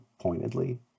pointedly